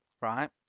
right